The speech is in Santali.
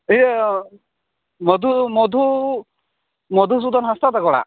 ᱤᱭᱟᱹ ᱢᱚᱫᱷᱩ ᱢᱚᱫᱷᱩ ᱢᱚᱫᱷᱩᱥᱩᱫᱷᱚᱱ ᱦᱟᱸᱥᱫᱟ ᱛᱟᱠᱚ ᱚᱲᱟᱜ